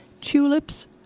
Tulips